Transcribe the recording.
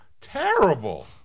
Terrible